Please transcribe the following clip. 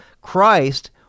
Christ